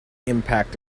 impact